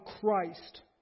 Christ